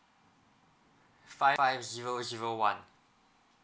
five five zero zero one